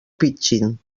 pidgin